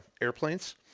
airplanes